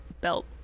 belt